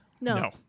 No